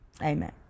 amen